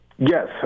Yes